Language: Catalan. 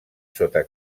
sota